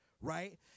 right